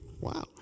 Wow